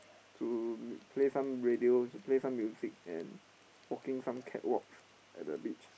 to play some radio to play some music and walking some catwalks at the beach